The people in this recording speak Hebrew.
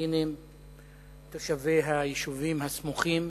הפלסטינים תושבי היישובים הסמוכים,